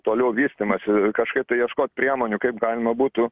toliau vystymąsi kažkaip tai ieškot priemonių kaip galima būtų